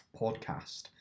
podcast